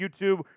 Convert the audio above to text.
YouTube